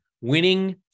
winning